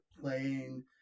playing